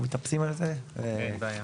אין בעיה.